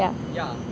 yeah